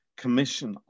commission